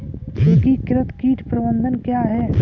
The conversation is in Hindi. एकीकृत कीट प्रबंधन क्या है?